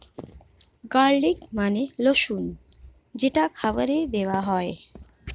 garlic মানে রসুন যেটা খাবারে দেওয়া হয়